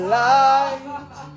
light